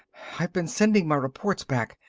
i've been sending my reports back,